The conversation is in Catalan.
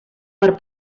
per